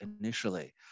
initially